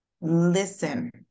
listen